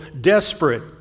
desperate